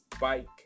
bike